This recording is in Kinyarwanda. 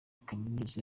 kaminuza